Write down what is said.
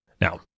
now